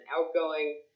outgoing